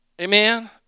Amen